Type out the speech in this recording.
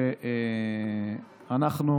שאנחנו